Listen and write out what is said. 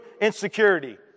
insecurity